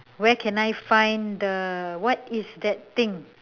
where can I find the what is that thing